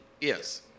Yes